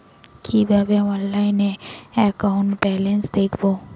কিভাবে অনলাইনে account balance দেখবো?